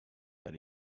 that